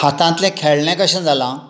हातांतलें खेळणें कशें जालां